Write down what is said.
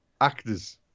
Actors